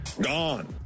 Gone